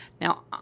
Now